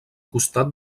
costat